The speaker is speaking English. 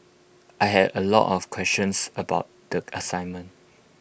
I had A lot of questions about the assignment